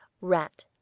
Rat